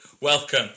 Welcome